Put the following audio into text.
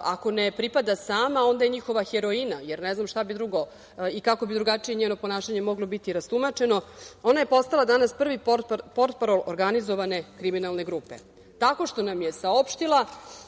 ako ne pripada sama, onda je njihova heroina, jer ne znam šta bi drugo i kako bi drugačije njeno ponašanje moglo biti rastumačeno, ona je postala danas prvi potprarol organizovane kriminalne grupe tako što nam je saopštila,